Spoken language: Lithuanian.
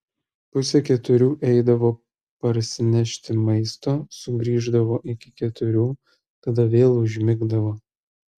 pusę keturių eidavo parsinešti maisto sugrįždavo iki keturių tada vėl užmigdavo